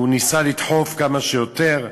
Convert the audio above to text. הוא ניסה לדחוף כמה שיותר,